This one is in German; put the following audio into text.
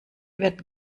wird